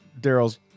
Daryl's